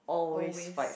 always